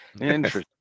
Interesting